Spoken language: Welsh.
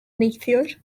neithiwr